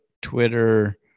Twitter